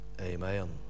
Amen